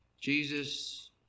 Jesus